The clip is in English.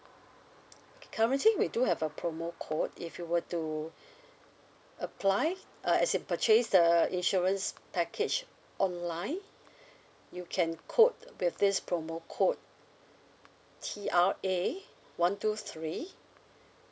okay currently we do have a promo code if you were to apply uh as in purchase the insurance package online you can quote with this promo code T_R_A one two three